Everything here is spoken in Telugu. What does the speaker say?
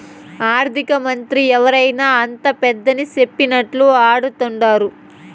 ఆర్థికమంత్రి ఎవరైనా అంతా పెదాని సెప్పినట్లా ఆడతండారు